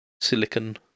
silicon